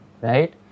right